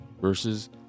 versus